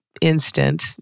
instant